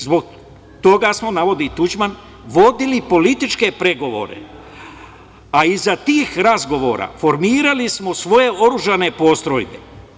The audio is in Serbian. Zbog toga smo, navodi Tuđman, vodili političke pregovore, a iza tih razgovora formirali smo svoje oružane postrojbe.